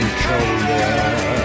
colder